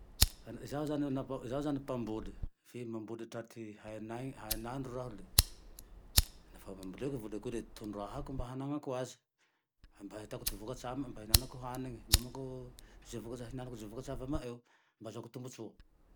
Zaho zane namp- zaho zane mpamboly fe mamboly tra ty hainay, hain'andro raha le laha namboleko voliko le tondrahiko mba hananako aze, mba hahitako vokatsy amine mba hihinanako hanine, inomako ze vokatsy ihinanako ze vokatsy azo ava amaeo mba azahoako tombotsoa